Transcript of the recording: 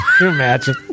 imagine